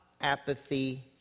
Apathy